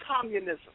communism